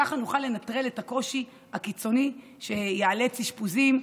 כך נוכל לנטרל את הקושי הקיצוני שיאלץ אשפוזים,